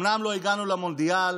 אומנם לא הגענו למונדיאל